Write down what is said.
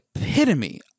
epitome